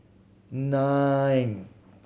nine